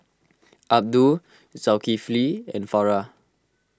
Abdul Zulkifli and Farah